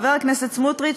חבר הכנסת סמוטריץ,